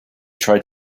tried